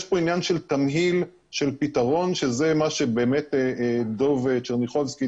יש פה עניין של תמהיל של פתרון שזה מה שבאמת דב צ'רניחובסקי,